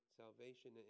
salvation